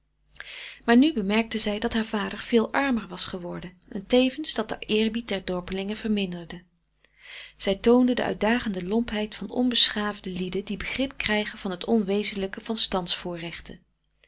maar nu bemerkte zij dat haar vader veel armer was geworden en tevens dat de eerbied der dorpelingen verminderde zij toonden de uitdagende lompheid van onbeschaafde lieden die begrip krijgen van het onwezenfrederik van